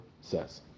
says